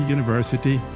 University